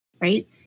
right